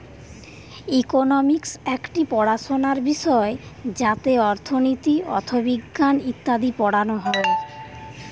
economics একটি পড়াশোনার বিষয় যাতে অর্থনীতি, অথবিজ্ঞান ইত্যাদি পড়ানো হয়